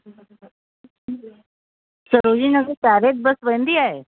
सरोजनी नगर पेरड बस वेंदी आहे